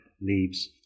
leaves